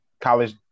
college